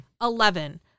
Eleven